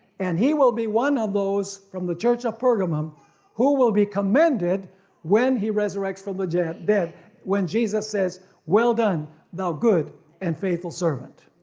and he will be one of those from the church of pergamum who will be commended when he resurrects from the dead, when jesus says well done thou good and faithful servant.